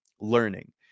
learning